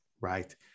Right